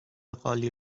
قالی